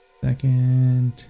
Second